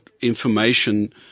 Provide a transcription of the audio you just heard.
information